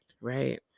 right